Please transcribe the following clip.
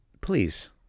please